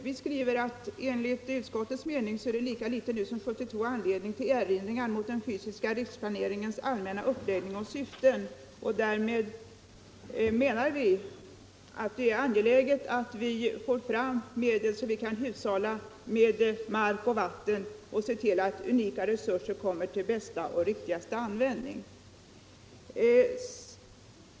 Vi skriver bl.a. följande: ”Enligt utskottets mening finns det lika litet nu som år 1972 anledning till erinringar mot den fysiska riksplaneringens allmänna uppläggning och syften.” Därmed menar vi att det är angeläget att medel skapas för hushållning med mark och vatten och för att unika resurser kommer till bästa och riktigaste användning.